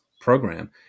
program